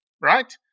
right